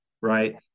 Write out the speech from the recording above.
right